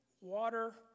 water